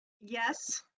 Yes